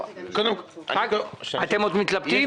אתם עוד מתלבטים?